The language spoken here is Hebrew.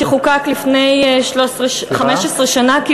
שחוקק לפני כמעט 15 שנה,